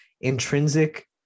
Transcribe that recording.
intrinsic